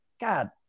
God